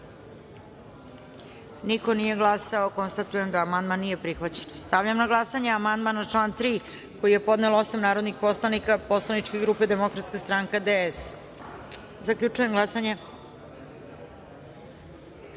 niko nije glasao. Konstatujem da amandman nije prihvaćen. Stavljam na glasanje amandman na član 3. koji je podnelo osam narodnih poslanika poslaničke grupe Demokratska stranka DS.Zaključujem glasanje: